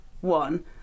one